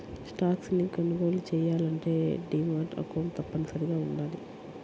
stocks ని కొనుగోలు చెయ్యాలంటే డీమాట్ అకౌంట్ తప్పనిసరిగా వుండాలి